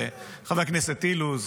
לחבר הכנסת אילוז,